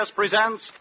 presents